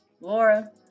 Laura